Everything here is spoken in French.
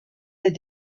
des